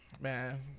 Man